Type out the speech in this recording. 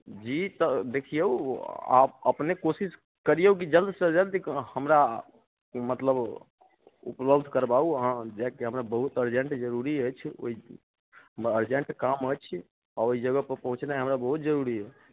जी तऽ देखियौ आब अपने कोशिश करियौ की जल्द सँ जल्द हमरा मतलब उपलब्ध करबाउ अहाँ हमरा जाइके हमरा बहुत अर्जेंट जरूरी अछि ओइमे अर्जेंट काम अछि आओर ओइ जगहपर पहुचनाइ हमरा बहुत जरूरी अइ